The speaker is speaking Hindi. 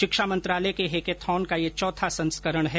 शिक्षा मंत्रालय के हैकाथॉन का यह चौथा संस्करण है